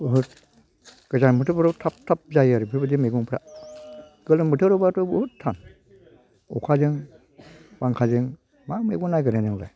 गोजां बोथोराव थाब थाब जायो आरो बेफोरबायदि मैगंफ्रा गोलोम बोथोरावब्लाथ' बहुद थान अखाजों बांखाजों मा मैगं नागिरनो नोंलाय